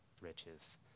riches